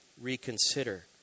reconsider